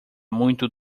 muito